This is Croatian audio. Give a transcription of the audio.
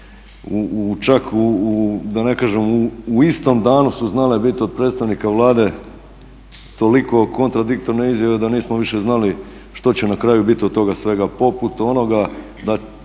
u istom danu su znale biti od predstavnika Vlade toliko kontradiktorne izjave da nismo više znali što će na kraju biti od toga svega poput onoga da neće